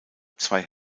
zwei